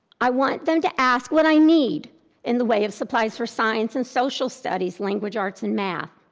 i want them to ask what i need in the way of supplies for science and social studies, language arts and math.